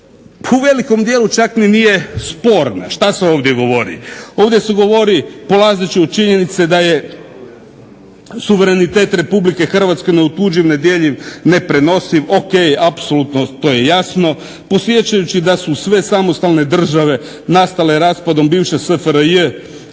u velikom dijelu čak ni nije sporna. Šta se ovdje govori, ovdje se govori polazeći od činjenice da je suverenitet Republike Hrvatske neotuđiv, nedjeljiv, neprenosiv, ok apsolutno to je jasno, podsjećajući da su sve samostalne države nastale raspadom bivše SFRJ